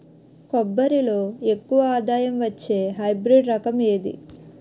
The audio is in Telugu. కొబ్బరి లో ఎక్కువ ఆదాయం వచ్చే హైబ్రిడ్ రకం ఏది?